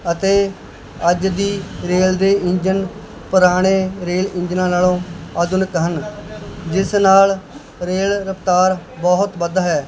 ਅਤੇ ਅੱਜ ਦੀ ਰੇਲ ਦੇ ਇੰਜਨ ਪੁਰਾਣੇ ਰੇਲ ਇੰਜਨਾਂ ਨਾਲੋਂ ਆਧੁਨਿਕ ਹਨ ਜਿਸ ਨਾਲ ਰੇਲ ਰਫ਼ਤਾਰ ਬਹੁਤ ਵੱਧ ਹੈ